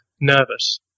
nervous